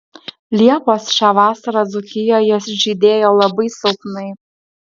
liepos šią vasarą dzūkijoje žydėjo labai silpnai